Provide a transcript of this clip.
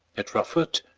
at rufford,